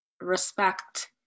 respect